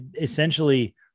essentially